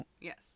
yes